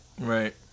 Right